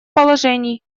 положений